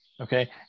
Okay